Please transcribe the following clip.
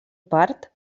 part